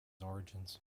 origins